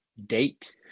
date